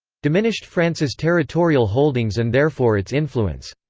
diminished france's territorial holdings and therefore its influence.